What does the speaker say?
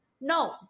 No